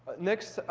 next,